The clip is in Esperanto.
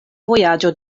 vojaĝo